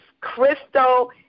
Crystal